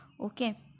okay